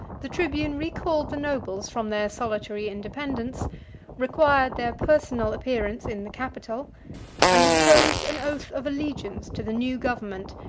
the tribune recalled the nobles from their solitary independence required their personal appearance in the capitol and imposed an oath of allegiance to the new government,